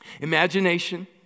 Imagination